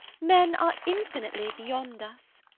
men are infinitely beyond us.